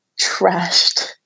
trashed